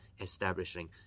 establishing